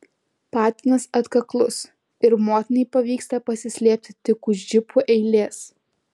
patinas atkaklus ir motinai pavyksta pasislėpti tik už džipų eilės